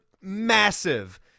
massive